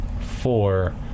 Four